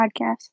Podcast